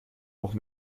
auch